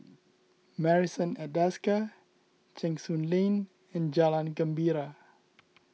Marrison at Desker Cheng Soon Lane and Jalan Gembira